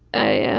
a ah